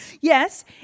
Yes